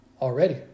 already